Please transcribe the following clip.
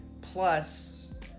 plus